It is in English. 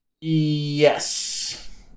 Yes